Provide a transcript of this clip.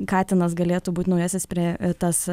katinas galėtų būt naujasis prie tas